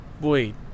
wait